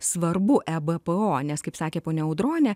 svarbu ebpo nes kaip sakė ponia audronė